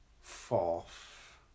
fourth